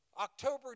October